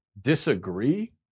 Disagree